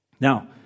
Now